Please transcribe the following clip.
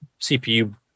CPU